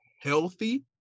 healthy